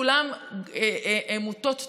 כולן מוטות תיירות,